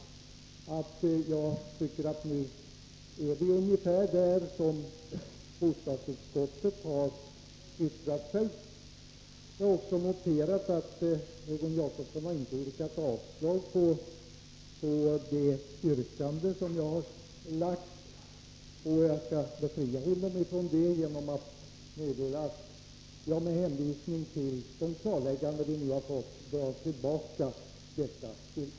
Jag tycker alltså att vi nu är ungefär vid den punkt som bostadsutskottet har angivit i sitt yttrande. Jag har vidare noterat att Egon Jacobsson inte begärt avslag på det yrkande som jag framlagt. Jag skall också befria honom från att behöva göra det genom att meddela att jag, med hänvisning till de klarlägganden som vi nu har fått, drar tillbaka yrkandet.